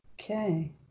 Okay